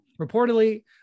reportedly